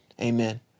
Amen